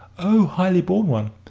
o highly born one,